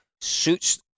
suits